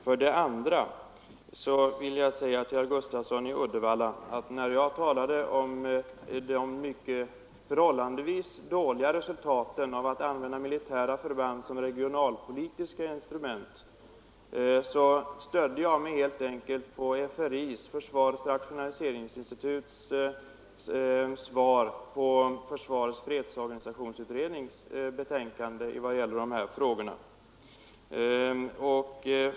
För det andra: När jag talade om de förhållandevis mycket dåliga resultaten av att använda lokaliseringen av militära förband som ett regionalpolitiskt instrument stödde jag mig helt enkelt på vad FRI, försvarets rationaliseringsinstitut, har anfört i sitt remissvar beträffande försvarets fredsorganisationsutrednings betänkande i vad gäller dessa frågor.